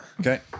Okay